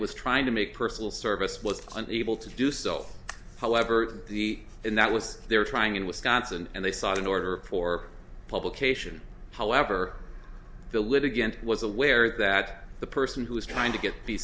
was trying to make personal service was unable to do so however the and that was they were trying in wisconsin and they saw an order for publication however the litigant was aware that the person who was trying to get be